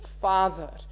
Father